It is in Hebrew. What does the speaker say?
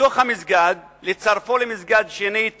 לתוך המסגד, לצרפו למסגד שנית